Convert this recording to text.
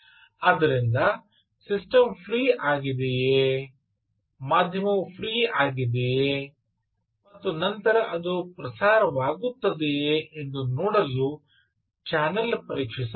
ಆದ್ದರಿಂದ system free ಆಗಿದೆಯೇ ಮಾಧ್ಯಮವು ಫ್ರೀ ಆಗಿದೆಯೇ ಮತ್ತು ನಂತರ ಅದು ಪ್ರಸಾರವಾಗುತ್ತದೆಯೇ ಎಂದು ನೋಡಲು ಚಾನೆಲ್ ಪರೀಕ್ಷಿಸಬೇಕು